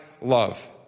love